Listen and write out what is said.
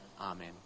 Amen